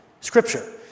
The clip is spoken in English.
scripture